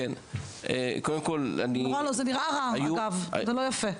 זה נראה רע, אגב, ולא יפה.